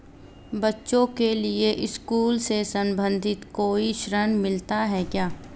बच्चों के लिए स्कूल से संबंधित कोई ऋण मिलता है क्या?